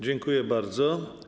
Dziękuję bardzo.